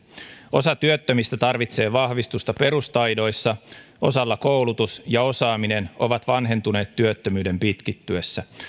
osa työttömistä tarvitsee vahvistusta perustaidoissa osalla koulutus ja osaaminen ovat vanhentuneet työttömyyden pitkittyessä